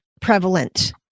prevalent